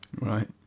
Right